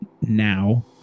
now